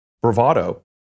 bravado